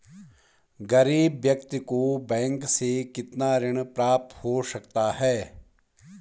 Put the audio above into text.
गरीब व्यक्ति को बैंक से कितना ऋण प्राप्त हो सकता है?